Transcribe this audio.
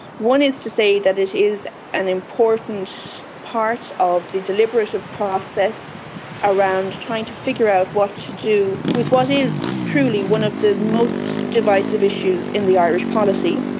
one is to say that it is an important part of the deliberative process around trying to figure out what to do with what is truly one of the most divisive issues in the irish polity.